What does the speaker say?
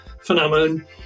phenomenon